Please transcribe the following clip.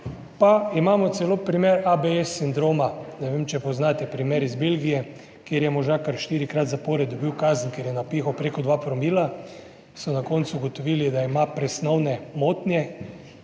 pa imamo celo primer ABS sindroma. Ne vem, če poznate primer iz Belgije, kjer je možakar štirikrat zapored dobil kazen, ker je napihal preko 2 promila, so na koncu ugotovili, da ima presnovne motnje